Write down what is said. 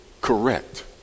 correct